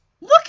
Look